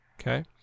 Okay